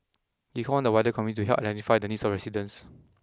he called on the wider community to help identify the needs of residents